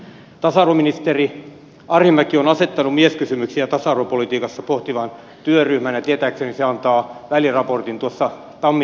tasa arvoministeri arhinmäki on asettanut mieskysymyksiä tasa arvopolitiikassa pohtivan työryhmän ja tietääkseni se antaa väliraportin tammihelmikuussa